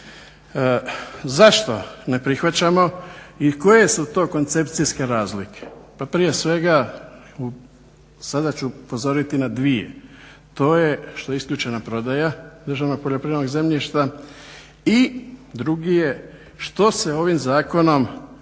Zašto ne prihvaćamo i koje su to koncepcijske razlike. Pa prije svega sada ću upozoriti na dvije, to je što je isključena prodaja državnog poljoprivrednog zemljišta i drugi je što se ovim zakonom